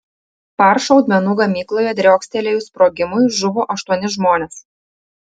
par šaudmenų gamykloje driokstelėjus sprogimui žuvo aštuoni žmonės